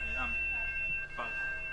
אני מכיר אותו שנים ואת פועלו,